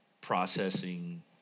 processing